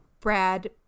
Brad